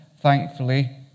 Thankfully